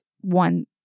one